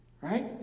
Right